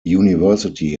university